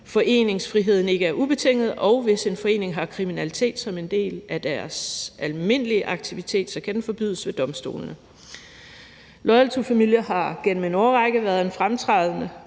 foreningsfriheden ikke er ubetinget, og hvis en forening har kriminalitet som en del af deres almindelige aktivitet, kan den forbydes ved domstolene. Loyal To Familia har gennem en årrække været en fremtrædende